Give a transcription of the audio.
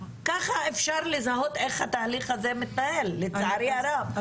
ככה אפשר לזהות איך התהליך הזה מתנהל, לצערי הרב.